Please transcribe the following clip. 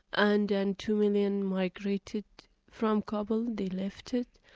and then two million migrated from kabul, they left it.